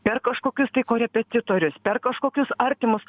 per kažkokius korepetitorius per kažkokius artimus